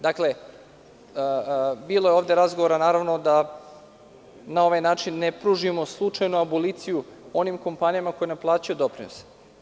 Dakle, bilo je ovde razgovora, naravno, da na ovaj način ne pružimo slučajno aboliciju onim kompanijama koje ne plaćaju doprinose.